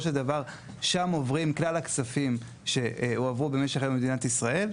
של דבר שם עוברים כל הכספים שהועברו במשך היום במדינת בישראל,